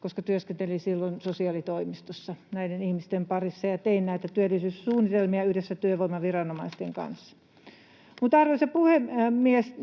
koska työskentelin silloin sosiaalitoimistossa näiden ihmisten parissa ja tein näitä työllisyyssuunnitelmia yhdessä työvoimaviranomaisten kanssa. Arvoisa puhemies!